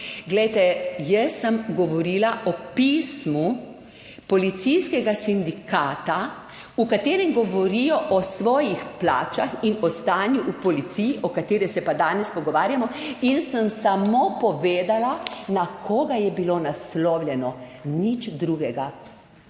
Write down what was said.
Glejte jaz sem govorila o pismu policijskega sindikata, v katerem govorijo o svojih plačah in o stanju v policiji, o kateri se pa danes pogovarjamo in sem samo povedala, na koga je bilo naslovljeno, nič drugega.